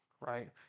right